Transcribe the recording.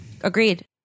Agreed